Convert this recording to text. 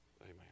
Amen